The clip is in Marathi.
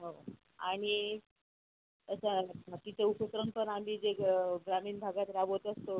हो आणि अशा बाकीचे उपक्रम पण आम्ही जे ग्रामीण भागात राबवत असतो